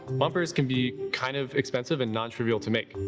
bumpers can be kind of expensive and nontrivial to make.